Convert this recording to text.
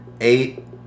eight